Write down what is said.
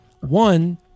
one